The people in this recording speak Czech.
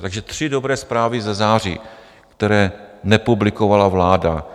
Takže tři dobré zprávy ze září, které nepublikovala vláda: